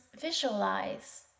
visualize